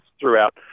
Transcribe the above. throughout